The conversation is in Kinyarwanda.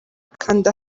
kanda